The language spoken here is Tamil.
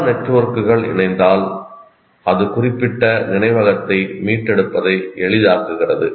பல நெட்வொர்க்குகள் இணைந்தால் அது குறிப்பிட்ட நினைவகத்தை மீட்டெடுப்பதை எளிதாக்குகிறது